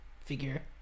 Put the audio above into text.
figure